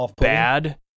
bad